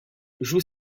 joue